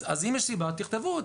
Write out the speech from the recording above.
אז אם יש סיבה תכתבו,